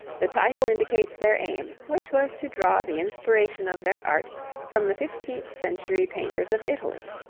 the title indicates their aim, which was to draw the inspiration of their art from the fifteenth-century painters of italy.